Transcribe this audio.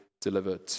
delivered